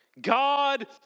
God